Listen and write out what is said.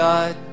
God